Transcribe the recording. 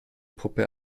puppe